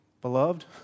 beloved